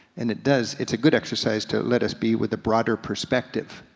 and it does, it's a good exercise to let us be with a broader perspective.